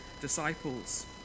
disciples